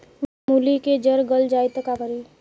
मूली के जर गल जाए त का करी?